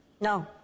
No